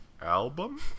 album